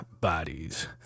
bodies